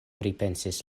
pripensis